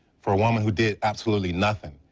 for a woman who did absolutely nothing.